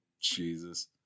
Jesus